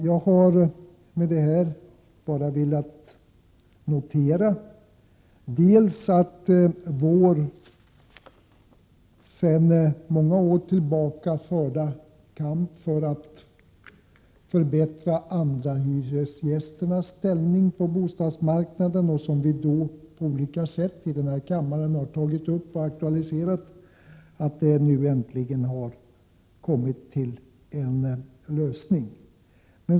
Jag har med detta bara velat markera att vår sedan många år tillbaka förda kamp för att förbättra andrahandshyresgästernas ställning på bostadsmarknaden — detta problem har vi i olika sammanhang diskuterat — nu äntligen har givit resultat.